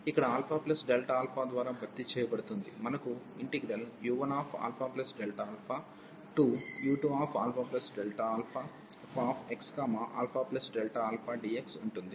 ఇక్కడ α ద్వారా భర్తీ చేయబడుతుంది మనకు u1αu2αfxαdx ఉంటుంది